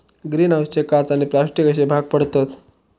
green हाऊसचे काच आणि प्लास्टिक अश्ये भाग पडतत